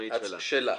עצמאית שלה,